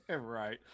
Right